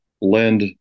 lend